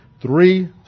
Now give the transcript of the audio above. Three